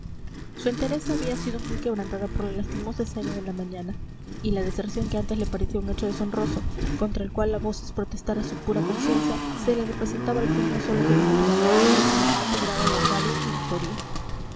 su entereza había sido muy quebrantada por la lastimosa escena de la mañana y la deserción que antes le parecía un hecho deshonroso contra el cual a voces protestara su pura conciencia se le representaba al fin no sólo como natural sino como en alto grado laudable y meritorio